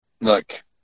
Look